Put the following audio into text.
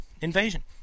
Invasion